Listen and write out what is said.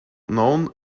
known